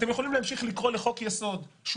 אתם יכולים להמשיך לקרוא לחוק יסוד שהוא